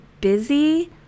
busy